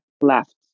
left